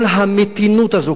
כל המתינות הזאת,